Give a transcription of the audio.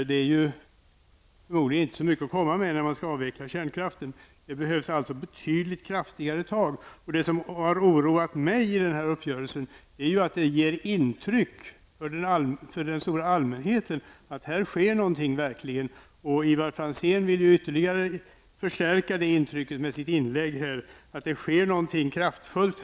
Det är förmodligen inte så mycket att komma med när man skall avveckla kärnkraften. Det behövs betydligt kraftigare tag. Vad som har oroat mig i den här uppgörelsen är att den för den stora allmänheten ger intrycket att det här verkligen sker något. Ivar Franzén vill ytterligare förstärka det intrycket med sitt inlägg om att det görs någonting kraftfullt.